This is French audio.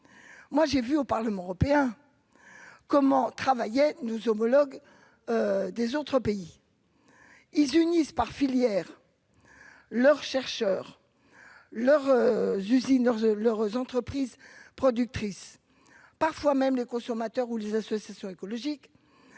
moi j'ai vu au Parlement européen, comment travaillait nous homologues des autres pays ils unissent par filière leurs chercheurs leur usine leurs entreprises productrices, parfois même les consommateurs ou les associations écologiques